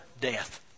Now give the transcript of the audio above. death